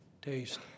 taste